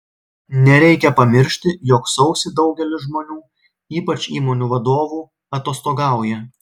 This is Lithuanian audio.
nereikia pamiršti jog sausį daugelis žmonių ypač įmonių vadovų atostogauja